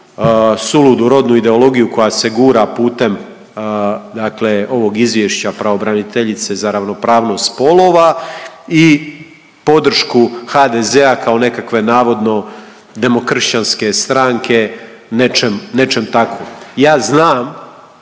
suludu rodnu ideologiju koja se gura putem dakle ovog izvješća pravobraniteljice za ravnopravnost spolova i podršku HDZ-a kao nekakve navodno demokršćanske stranke, nečem, nečem takvom. Ja znam,